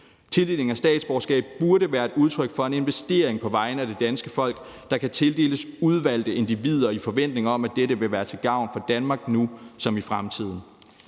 Tildelingen af statsborgerskab burde være et udtryk for en investering på vegne af det danske folk, der kan tildeles udvalgte individer i forventning om, at dette vil være til gavn for Danmark nu som i fremtiden.